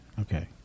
Okay